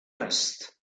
west